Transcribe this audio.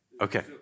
Okay